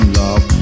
love